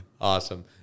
awesome